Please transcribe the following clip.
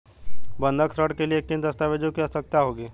बंधक ऋण के लिए किन दस्तावेज़ों की आवश्यकता होगी?